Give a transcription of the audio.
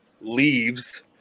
leaves